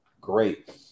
great